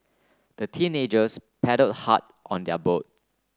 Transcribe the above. the teenagers paddle hard on their boat